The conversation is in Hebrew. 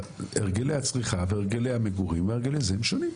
הרגלי הצריכה והרגלי המגורים הם שונים.